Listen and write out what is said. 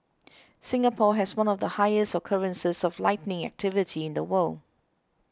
Singapore has one of the highest occurrences of lightning activity in the world